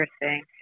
interesting